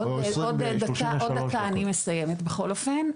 עוד דקה אני מסיימת בכל אופן.